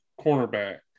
cornerback